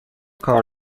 کار